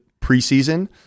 preseason